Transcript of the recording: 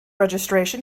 registration